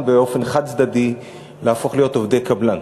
באופן חד-צדדי להפוך להיות עובדי קבלן.